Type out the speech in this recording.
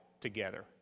together